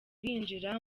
binjira